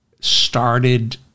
started